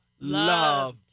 loved